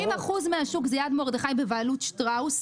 60% מהשוק זה "יד מרדכי" בבעלות שטראוס.